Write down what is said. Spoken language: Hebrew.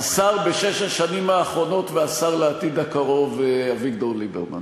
השר בשש השנים האחרונות והשר לעתיד הקרוב אביגדור ליברמן,